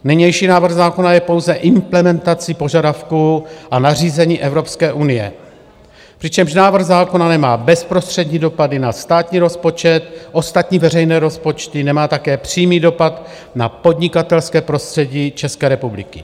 Nynější návrh zákona je pouze implementací požadavků a nařízení Evropské unie, přičemž návrh zákona nemá bezprostřední dopady na státní rozpočet, ostatní veřejné rozpočty, nemá také přímý dopad na podnikatelské prostředí České republiky.